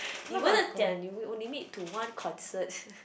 limit to one concert